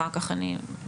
אחר כך אני בפוליטיקה.